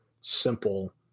simple